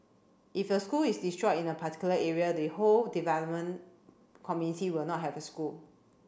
if a school is destroyed in a particular area the whole development committee will not have a school